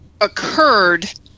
occurred